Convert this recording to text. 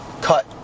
cut